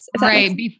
Right